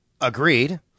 Agreed